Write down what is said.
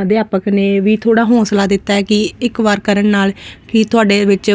ਅਧਿਆਪਕ ਨੇ ਵੀ ਥੋੜਾ ਹੌਸਲਾ ਦਿੱਤਾ ਕਿ ਇੱਕ ਵਾਰ ਕਰਨ ਨਾਲ ਕਿ ਤੁਹਾਡੇ ਵਿੱਚ